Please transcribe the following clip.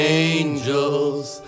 angels